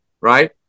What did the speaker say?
right